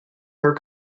her